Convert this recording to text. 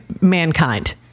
mankind